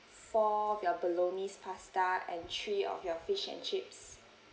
four of your bolognese pasta and three of your fish and chips